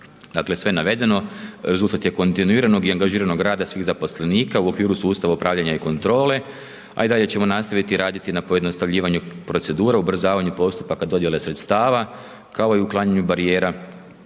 Dakle, sve navedeno, rezultat je kontinuiranog i angažiranog rada svih zaposlenika u okviru sustava upravljanja i kontrole, a i dalje ćemo nastaviti raditi na pojednostavljivanju procedura, ubrzavanju postupaka dodjele sredstava, kao i uklanjanju barijera